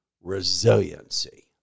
resiliency